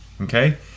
okay